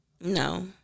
No